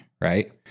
Right